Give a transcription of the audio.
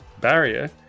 barrier